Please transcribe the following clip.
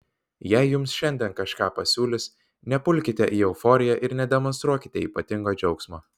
jei jums šiandien kažką pasiūlys nepulkite į euforiją ir nedemonstruokite ypatingo džiaugsmo